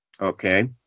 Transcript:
Okay